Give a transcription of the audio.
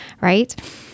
right